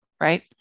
right